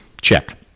Check